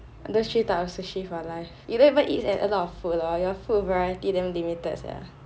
three types of sushi for life you don't even eat a lot of food lor your food variety damn limited sia